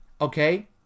okay